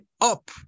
up